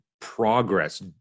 progress